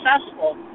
successful